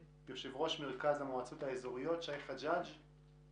ברשותכם, עוד הערה אחת לעניין